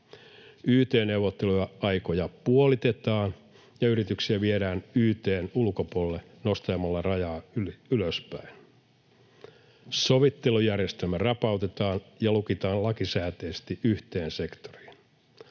Yt-neuvotteluaikoja puolitetaan ja yrityksiä viedään yt:n ulkopuolelle nostamalla rajaa ylöspäin. Sovittelujärjestelmä rapautetaan ja lukitaan lakisääteisesti yhteen sektoriin.